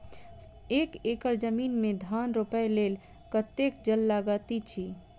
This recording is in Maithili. एक एकड़ जमीन मे धान रोपय लेल कतेक जल लागति अछि?